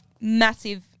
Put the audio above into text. massive